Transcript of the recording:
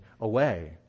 away